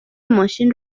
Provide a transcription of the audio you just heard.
ماشین